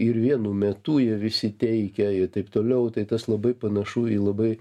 ir vienu metu jie visi teikia ir taip toliau tai tas labai panašu į labai